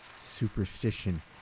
Superstition